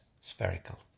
spherical